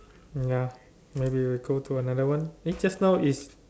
ya maybe we go to another one eh just now is